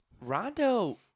Rondo